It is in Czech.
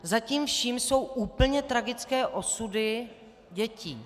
Za tím vším jsou úplně tragické osudy dětí.